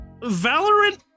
Valorant